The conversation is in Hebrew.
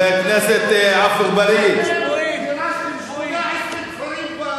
גירשתם כבר 18 כפרים,